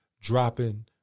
dropping